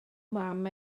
mam